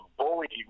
bully